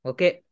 Okay